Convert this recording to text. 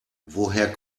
woher